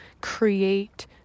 create